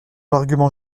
l’argument